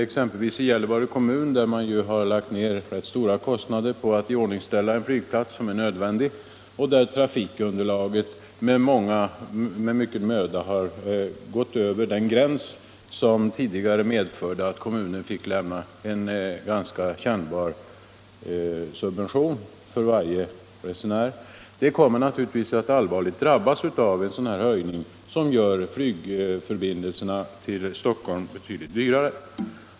Exempelvis i Gällivare kommun har man lagt ned rätt stora summor på att iordningställa den flygplats som är nödvändig. Med mycken möda har man nu fått upp antalet resenärer över den gräns under vilken subventioner från kommunen är nödvändiga; tidigare fick kommunen lämna en ganska kännbar subvention för varje resenär. Denna kommun kommer naturligtvis att allvarligt drabbas av en sådan här höjning, som gör flygförbindelserna till Stockholm betydligt dyrare.